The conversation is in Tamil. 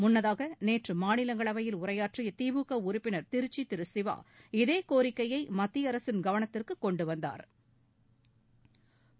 முன்னதாக நேற்று மாநிலங்களவையில் உரையாற்றிய திமுக உறுப்பினர் திருச்சி திரு சிவா இதே கோரிக்கையை மத்திய அரசின் கவனத்திற்கு கொண்டு வந்தாா்